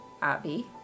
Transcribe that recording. Abby